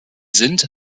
sind